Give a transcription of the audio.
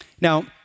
Now